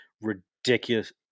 ridiculous